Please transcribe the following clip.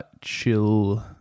Chill